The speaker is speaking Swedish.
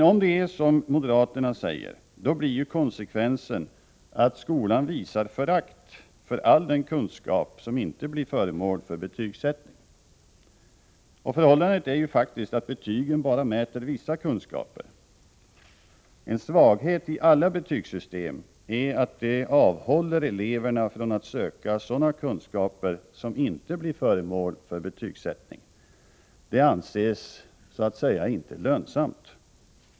Om det är som moderaterna säger, blir konsekvensen att skolan visar förakt för all den kunskap som inte blir föremål för betygsättning. Förhållandet är faktiskt att betygen bara mäter vissa kunskaper. En svaghet i alla betygssystem är att de avhåller eleverna från att söka sådana kunskaper som inte blir föremål för betygsättning. Det anses så att säga inte lönsamt.